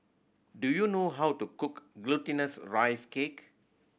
do you know how to cook Glutinous Rice Cake